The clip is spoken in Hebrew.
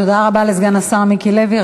תודה רבה לסגן השר מיקי לוי.